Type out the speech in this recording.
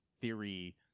theory